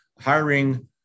Hiring